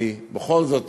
אני בכל זאת